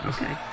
Okay